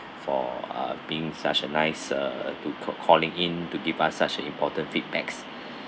for uh being such a nice uh to ca~ calling in to give us such a important feedback